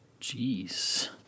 Jeez